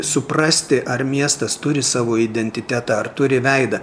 suprasti ar miestas turi savo identitetą ar turi veidą